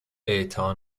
اعطا